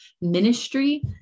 ministry